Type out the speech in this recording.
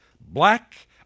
black